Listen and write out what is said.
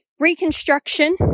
reconstruction